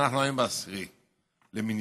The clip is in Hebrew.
ואנחנו היום ב-10 למניינם.